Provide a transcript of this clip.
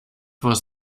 was